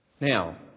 Now